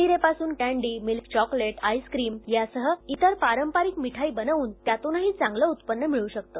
नीरेपासून candy milk chocolate ice cream यासह इतर पारंपारिक मिठाई बनवून त्यातूनही चांगलं उत्पन्न मिळू शकतं